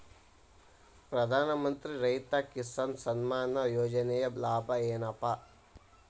ಪ್ರಧಾನಮಂತ್ರಿ ರೈತ ಕಿಸಾನ್ ಸಮ್ಮಾನ ಯೋಜನೆಯ ಲಾಭ ಏನಪಾ?